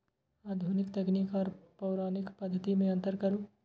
आधुनिक तकनीक आर पौराणिक पद्धति में अंतर करू?